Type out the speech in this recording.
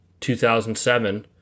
2007